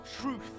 truth